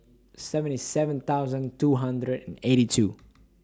seventy seven thousand two hundred eighty two